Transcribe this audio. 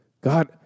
God